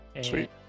Sweet